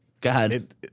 God